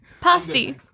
Pasty